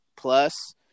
Plus